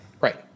Right